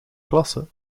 klasse